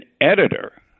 editor